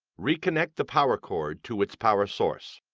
reconnect the power cord to its power source.